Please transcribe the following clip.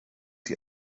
die